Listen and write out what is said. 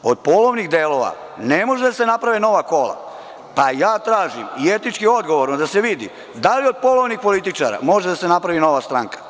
Od polovnih delova ne mogu da se naprave nova kola, pa ja tražim, etički odgovorno, da se vidi da li od polovnih političara može da se napravi nova stranka?